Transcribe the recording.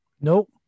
nope